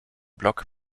block